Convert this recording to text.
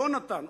יונתן,